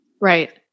Right